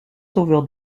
sauveur